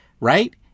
right